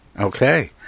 Okay